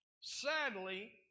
Sadly